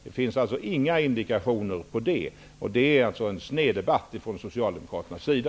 Det finns inga indikationer på det. Det är en sned debatt från socialdemokraternas sida.